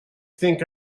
think